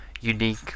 unique